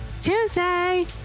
Tuesday